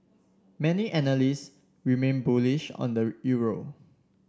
many analysts remain bullish on the euro